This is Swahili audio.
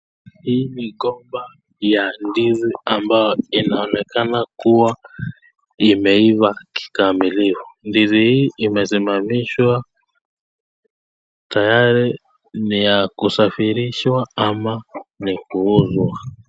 Hii ni gomba ya ndizi ambao inaonekana kuwa imeiva kikamilifu. Ndizi hii imesimamishwa tayari ni ya kusafirishwa ama ni kuuzwa.